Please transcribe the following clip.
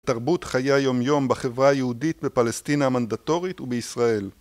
תרבות חיי היומיום בחברה היהודית בפלשתינה המנדטורית ובישראל